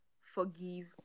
forgive